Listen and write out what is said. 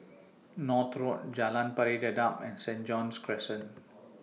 North Road Jalan Pari Dedap and Saint John's Crescent